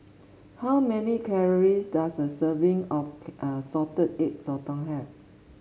how many calories does a serving of Salted Egg Sotong have